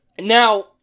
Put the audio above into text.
now